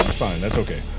fine, that's okay.